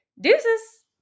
Deuces